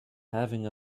having